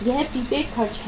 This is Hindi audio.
ये प्रीपेड खर्च हैं